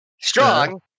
strong